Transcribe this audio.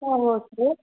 ஆ okay